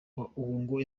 ngo